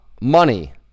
money